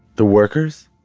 the workers?